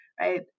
right